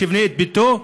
לבנות את ביתו.